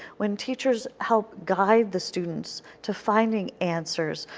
when teachers help guide the students to finding answers,